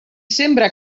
sembra